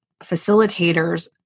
facilitators